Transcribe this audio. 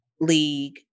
league